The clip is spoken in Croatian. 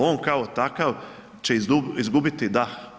On kao takav će izgubiti dah.